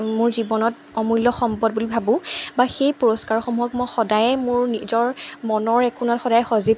মোৰ জীৱনত অমূল্য সম্পদ বুলি ভাবোঁ বা সেই পুৰস্কাৰসমূহক মই সদায়েই মোৰ নিজৰ মনৰ একোণত সদায় সজীৱ